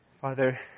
Father